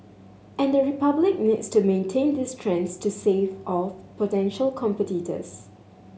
and the Republic needs to maintain these strengths to stave off potential competitors